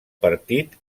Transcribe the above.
partit